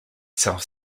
self